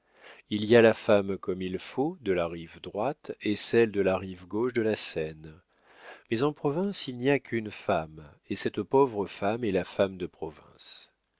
il y a la femme comme il faut de la rive droite et celle de la rive gauche de la seine mais en province il n'y a qu'une femme et cette pauvre femme est la femme de province